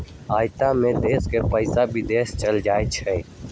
आयात में देश के पइसा विदेश में चल जाइ छइ